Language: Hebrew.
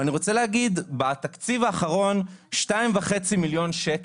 אני רוצה להגיד שבתקציב האחרון 2,500,000 ₪